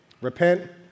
repent